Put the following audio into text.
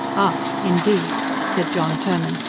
ah, indeed! said john turnham,